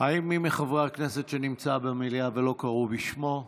האם יש מי מחברי הכנסת שנמצא במליאה ולא קראו בשמו?